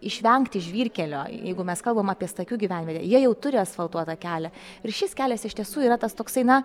išvengti žvyrkelio jeigu mes kalbam apie stakių gyvenvietę jie jau turi asfaltuotą kelią ir šis kelias iš tiesų yra tas toksai na